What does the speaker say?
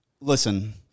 Listen